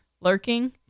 lurking